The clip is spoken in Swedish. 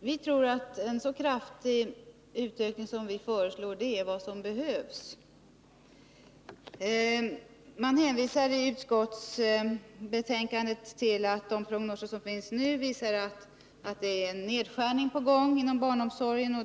vi tror att en så kraftig utökning som vi föreslår är vad som behövs. Man hänvisar i utskottsbetänkandet till att de prognoser som nu finns visar att det är en nedskärning på gång inom barnomsorgen.